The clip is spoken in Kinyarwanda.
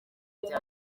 bya